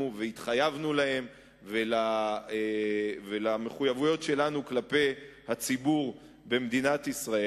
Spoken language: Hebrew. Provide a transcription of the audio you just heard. והתחייבנו להן ולמחויבויות שלנו כלפי הציבור במדינת ישראל,